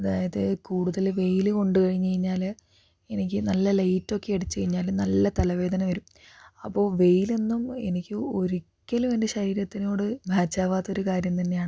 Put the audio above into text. അതായത് കൂടുതല് വെയില് കൊണ്ട് കഴിഞ്ഞ് കഴിഞ്ഞാല് എനിക്ക് നല്ല ലൈറ്റൊക്കെ അടിച്ച് കഴിഞ്ഞാല് നല്ല തലവേദന വരും അപ്പോൾ വെയിലൊന്നും എനിക്ക് ഒരിക്കലും എൻ്റെ ശരീരത്തിനോട് മാച്ചാവാത്ത ഒരു കാര്യം തന്നെയാണ്